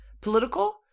political